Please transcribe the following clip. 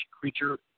creature